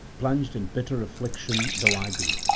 plunged in bitter affliction though i be.